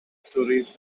stories